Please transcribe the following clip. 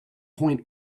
point